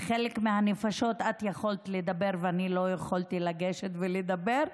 ועם חלק מהנפשות את יכולת לדבר ואני לא יכולתי לגשת ולדבר.